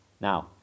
Now